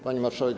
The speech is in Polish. Pani Marszałek!